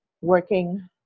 working